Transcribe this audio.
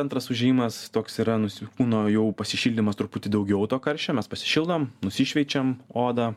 antras užėjimas toks yra nusi kūno jo pasišildymas truputį daugiau to karščio mes pasišildom nusišveičiam odą